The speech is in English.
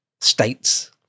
states